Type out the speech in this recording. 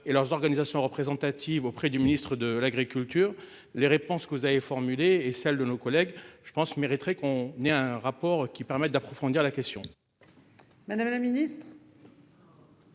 et leurs organisations représentatives auprès du ministre de l'Agriculture. Les réponses que vous avez formulé et celle de nos collègues je pense mériteraient qu'on ait un rapport qui permettent d'approfondir la question. Madame la Ministre.